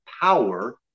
power